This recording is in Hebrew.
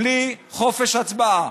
בלי חופש הצבעה,